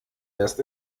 erst